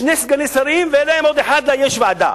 שני סגני שרים ועוד אחד יושב-ראש ועדה.